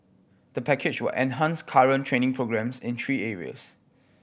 the package will enhance current training programmes in three areas